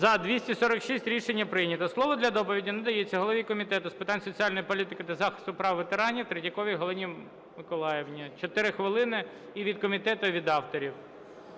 За-246 Рішення прийнято. Слово для доповіді надається голові Комітету з питань соціальної політики та захисту прав ветеранів Третьяковій Галині Миколаївні, 4 хвилини – і від комітету, і від авторів.